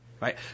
Right